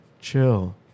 Chill